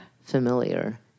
familiar